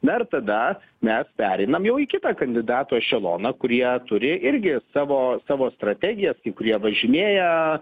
na ir tada mes pereinam jau į kitą kandidatų ešeloną kurie turi irgi savo savo strategijas kai kurie važinėja